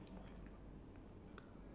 um